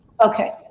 Okay